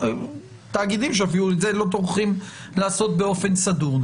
תאגידים שאפילו את זה לא טורחים לעשות באופן סדור.